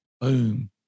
boom